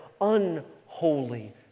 unholy